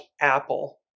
Apple